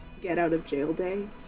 get-out-of-jail-day